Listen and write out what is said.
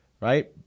right